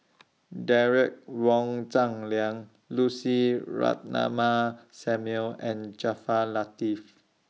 Derek Wong Zi Liang Lucy Ratnammah Samuel and Jaafar Latiff